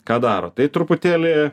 ką daro tai truputėlį